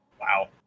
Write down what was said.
wow